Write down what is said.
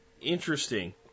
interesting